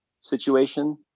situation